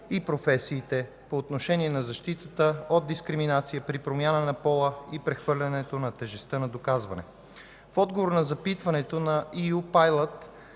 и професиите по отношение на защитата от дискриминация при промяна на пола и прехвърлянето на тежестта на доказване. В отговор на запитване EU PILOT